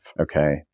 okay